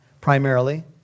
primarily